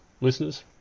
listeners